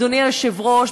אדוני היושב-ראש,